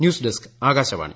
news desk Akashvani